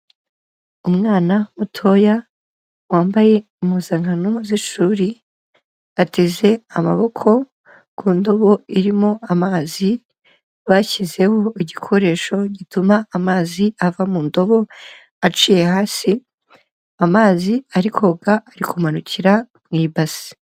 Umwana mutoya wambaye impuzankano z'ishuri, ateze amaboko ku ndobo irimo amazi bashyizeho igikoresho gituma amazi ava mu ndobo aciye hasi, amazi ari koga ari kumanukira mu ibase.